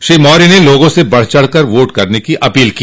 श्री मौर्य ने लोगों से बढ़चढ़ कर वोट करने की अपील की